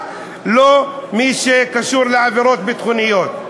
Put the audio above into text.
רק לא מי שקשור לעבירות ביטחוניות.